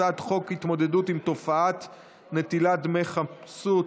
הצעת חוק התמודדות עם תופעת נטילת דמי חסות,